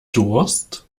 durst